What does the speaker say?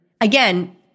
Again